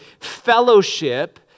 fellowship